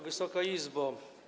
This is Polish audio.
Wysoka Izbo!